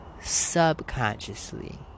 subconsciously